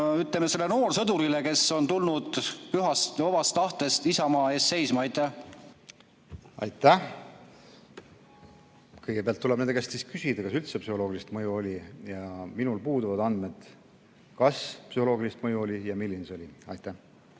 ütleme, noorsõdurile, kes on tulnud pühast vabast tahtest isamaa eest seisma? Aitäh! Kõigepealt tuleb nende käest küsida, kas üldse psühholoogilist mõju oli. Minul puuduvad andmed, kas psühholoogilist mõju oli ja kui oli, siis milline see oli. Aitäh!